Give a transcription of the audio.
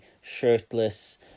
shirtless